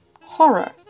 horror